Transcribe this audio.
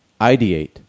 ideate